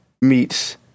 meets